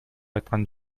айткан